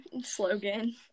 slogan